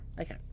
Okay